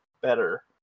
better